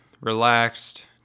relaxed